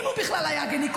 אם הוא בכלל היה גינקולוג,